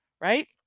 right